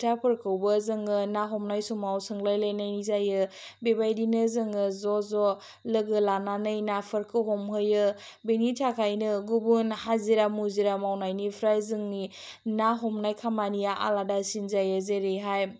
खोथाफोरखौबो जोङो ना हमनाय समाव सोंलायलानाय जायो बेबायदिनो जोङो ज' ज' लोगो लानानै नाफोरखौ हमहैयो बिनि थाखायनो गुबुन हाजिरा मुजिरा मावनायनिफ्राय जोंनि ना हमनाय खामानिया आलादासिन जायो जेरैहाय